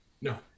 No